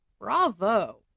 Bravo